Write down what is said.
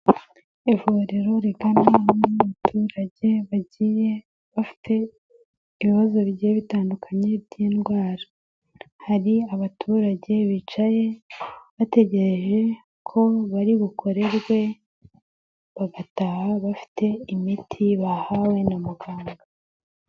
Ivuriro riganwa n'abaturage bagiye bafite ibibazo bigiye bitandukanye by'indwara. Hari abaturage bicaye bategereje ko bari bukorerwe, bagataha bafite imiti bahawe na muganga.